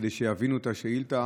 כדי שיבינו את השאילתה.